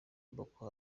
boko